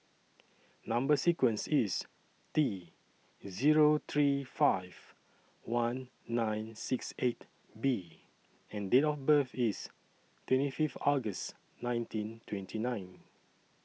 Number sequence IS T Zero three five one nine six eight B and Date of birth IS twenty Fifth August nineteen twenty nine